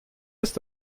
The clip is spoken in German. ist